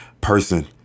person